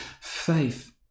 faith